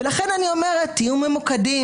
ולכן אני אומרת, תהיו ממוקדים.